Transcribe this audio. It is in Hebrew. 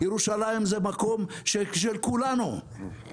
ירושלים זה מקום של כולנו,